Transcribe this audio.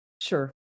sure